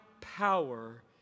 power